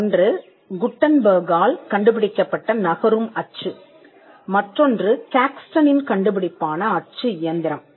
ஒன்று குட்டன்பேர்க்கால் கண்டுபிடிக்கப்பட்ட நகரும் அச்சு மற்றொன்று கேக்ஸ்டனின் கண்டுபிடிப்பான அச்சு இயந்திரம்